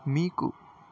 మీకు